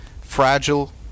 fragile